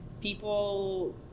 people